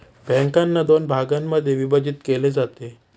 बँकांना दोन भागांमध्ये विभाजित केले जाते